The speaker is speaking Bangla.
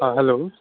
হ্যাঁ হ্যালো